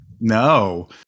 No